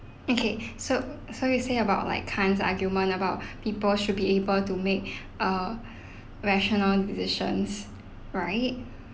okay so so you say about like kant's argument about people should be able to make uh rational decisions right